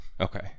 Okay